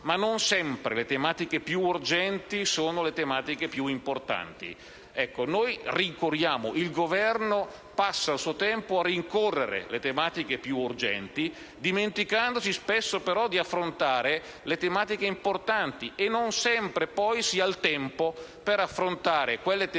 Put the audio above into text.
se non sempre le tematiche più urgenti sono quelle più importanti. Il Governo passa il suo tempo a rincorrere le tematiche più urgenti, dimenticandosi spesso di affrontare quelle importanti e non sempre poi si ha il tempo per affrontare quelle tematiche